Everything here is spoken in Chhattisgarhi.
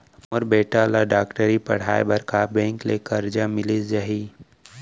मोर बेटा ल डॉक्टरी पढ़ाये बर का बैंक ले करजा मिलिस जाही?